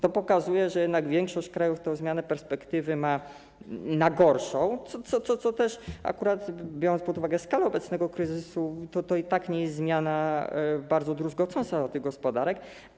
To pokazuje, że jednak większość krajów ma zmianę perspektywy na gorszą, co akurat, biorąc pod uwagę skalę obecnego kryzysu, i tak nie jest zmianą bardzo druzgocącą dla tych gospodarek.